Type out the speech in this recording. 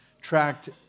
tracked